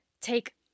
take